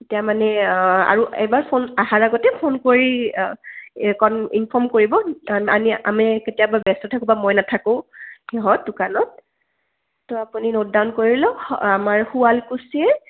এতিয়া মানে আৰু এবাৰ ফোন আহাৰ আগতে ফোন কৰি কন ইনফৰ্ম কৰিব কাৰণ আনি আমি কেতিয়াবা ব্যস্ত থাকো বা মই নাথাকোঁ সিহঁত দোকানত ত' আপুনি নোট ডাউন কৰি লওক হ আমাৰ শুৱালকুছিৰ